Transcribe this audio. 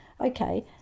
Okay